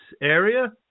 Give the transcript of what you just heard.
area